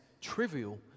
trivial